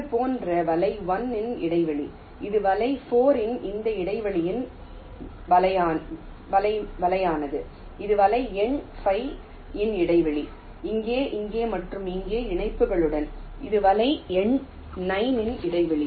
இது வலை 1 இன் இடைவெளி இது வலை எண் 4 இன் இந்த இடைவெளியின் வலைமானது இது வலை எண் 5 இன் இடைவெளி இங்கே இங்கே மற்றும் இங்கே இணைப்புகளுடன் இது வலை எண் 9 இன் இடைவெளி